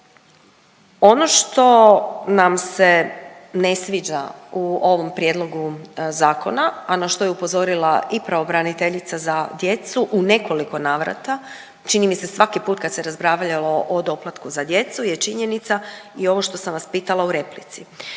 Ono što nam se ne sviđa u ovom prijedlogu zakona, a na što je upozorila i pravobraniteljica za djecu u nekoliko navrata, čini mi se svaki put kad se raspravljalo o doplatku za djecu je činjenica i ovo što sam vas pitala u replici.